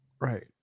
Right